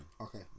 Okay